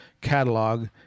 catalog